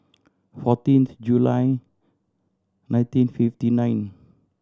fourteenth July nineteen fifty ninth